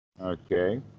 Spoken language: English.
okay